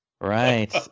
Right